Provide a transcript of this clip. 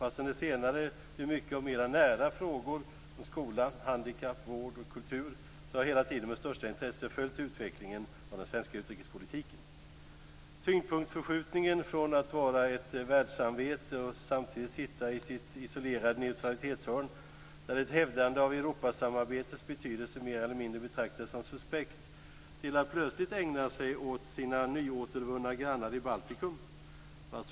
Fastän det senare blev mycket av mera nära frågor om skolan, handikapp, vård och kultur har jag hela tiden med största intresse följt utvecklingen av den svenska utrikespolitiken. Tyngdpunktsförskjutningen från att vara ett världssamvete och samtidigt sitta i sitt isolerade neutralitetshörn - där ett hävdande av Europasamarbetets betydelse mer eller mindre betraktades som suspekt - till att plötsligt ägna sig åt sina nyåtervunna grannar i Baltikum är slående.